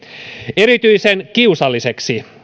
erityisen kiusallista